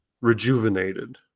rejuvenated